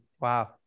Wow